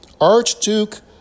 Archduke